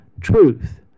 truth